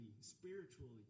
spiritually